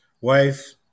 Wife